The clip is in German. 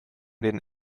den